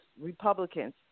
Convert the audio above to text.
Republicans